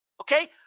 Okay